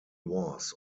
was